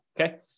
okay